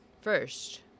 first